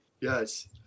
Yes